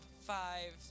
five